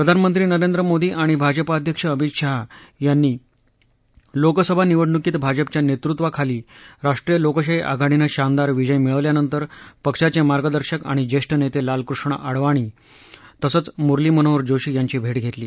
प्रधानमंत्री नरेंद्र मोदी आणि भाजपा अध्यक्ष अमित शाह यांनी लोकसभा निवडणुकीत भाजपाच्या नेतृत्वाखाली राष्ट्रीय लोकशाही आघाडीनं शानदार विजय मिळवल्यानंतर पक्षाचे मार्गदर्शक आणि ज्येष्ठ नेते लालकृष्ण आडवाणी तसंच मुरली मनोहर जोशी यांची भेट घेतली